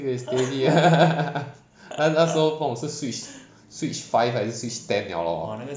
sibei steady ah 那时候不知道是 switch five 还是 switch ten liao lor